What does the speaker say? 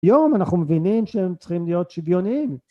היום אנחנו מבינים שהם צריכים להיות שוויוניים.